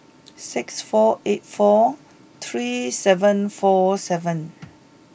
six four eight four three seven four seven